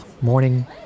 morning